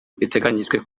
biteganyijwe